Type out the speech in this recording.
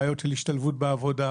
בעיות של השתלבות בעבודה,